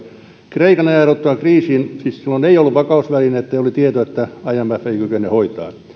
kreikan ajauduttua kriisiin siis silloin ei ollut vakausvälinettä ja oli tieto että imf ei kykene hoitamaan